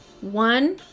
one